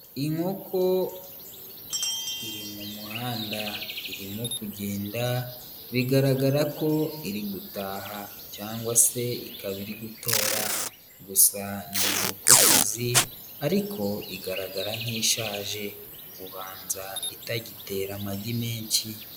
Inkoko iri mu muhanda irimo kugenda bigaragara ko iri gutaha cyangwa se ikaba iri gutora gusa ni inkokokazi ariko igaragara nk'ishaje ubanza itagitera amagi menshi.